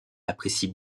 apprécie